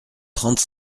trente